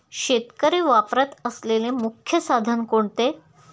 शेतकरी वापरत असलेले मुख्य साधन कोणते?